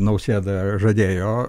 nausėda žadėjo